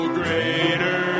greater